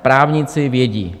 Právníci vědí.